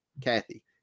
Kathy